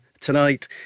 tonight